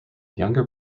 younger